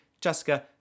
Jessica